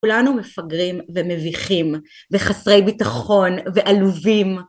כולנו מפגרים ומביכים וחסרי ביטחון ועלובים